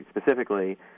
specifically